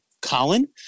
Colin